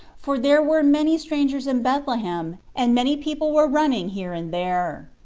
for there were many strangers in bethlehem and many people were running here and there.